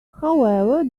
however